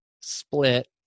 split